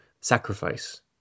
sacrifice